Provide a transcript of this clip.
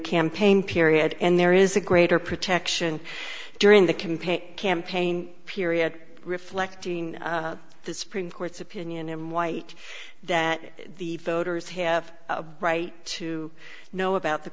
campaign period and there is a greater protection during the compay campaign period reflecting the supreme court's opinion and white that the voters have a right to know